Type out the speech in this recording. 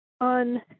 on